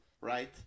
right